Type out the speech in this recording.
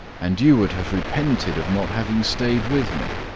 and you would have repented of not having stayed with me.